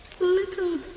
little